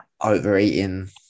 overeating